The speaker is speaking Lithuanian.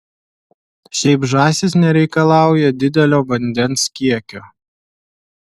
šiaip žąsys nereikalauja didelio vandens kiekio